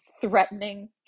threatening